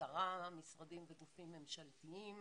כעשרה משרדים וגופים ממשלתיים,